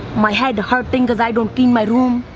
my head hurting cause i don't clean my room.